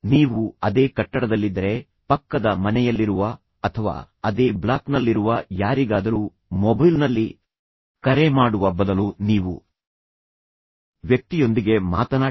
ನೀವು ಅದೇ ಕಟ್ಟಡದಲ್ಲಿದ್ದರೆ ಪಕ್ಕದ ಮನೆಯಲ್ಲಿರುವ ಅಥವಾ ಅದೇ ಬ್ಲಾಕ್ನಲ್ಲಿರುವ ಯಾರಿಗಾದರೂ ಮೊಬೈಲ್ನಲ್ಲಿ ಕರೆ ಮಾಡುವ ಬದಲು ನೀವು ವ್ಯಕ್ತಿಯೊಂದಿಗೆ ಮಾತನಾಡಿ